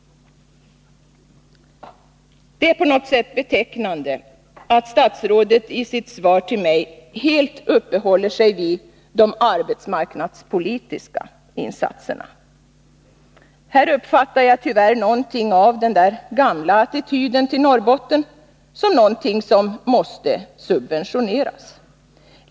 Det är på något sätt betecknande att statsrådet i sitt svar till mig helt uppehåller sig vid de arbetsmarknadspolitiska insatserna. Här uppfattar jag tyvärr någonting av den där gamla attityden till Norrbotten, som någonting som måste subventioneras.